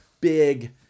big